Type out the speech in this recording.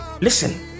listen